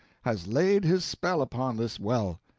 has laid his spell upon this well.